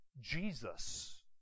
Jesus